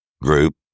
group